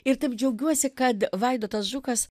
ir taip džiaugiuosi kad vaidotas žukas